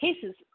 cases